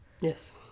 Yes